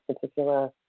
particular